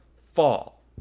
fall